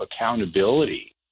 accountability